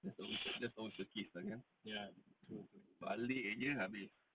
that's always that's always the case lah kan balik jer habis